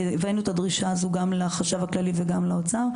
הבאנו את הדרישה הזאת גם לחשב הכללי וגם למשרד האוצר.